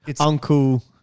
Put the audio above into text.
Uncle